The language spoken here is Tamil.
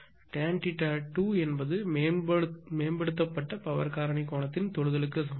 tan θ2 என்பது மேம்பட்ட பவர் காரணி கோணத்தின் தொடுதலுக்கு சமம்